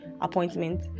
appointment